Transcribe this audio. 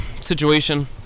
situation